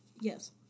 Yes